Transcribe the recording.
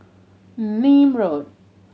Nim Road